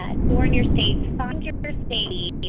ah so or in your state found your speed